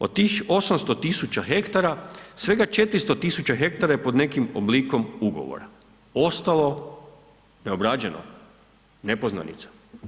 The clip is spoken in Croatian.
Od tih 800.000 hektara svega 400.000 hektara je pod nekim oblikom ugovora, ostalo neobrađeno, nepoznanica.